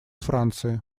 франции